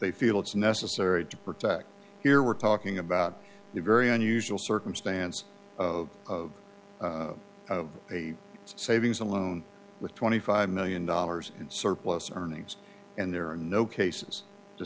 they feel it's necessary to protect here we're talking about the very unusual circumstance of of a savings and loan with twenty five million dollars in surplus earnings and there are no cases to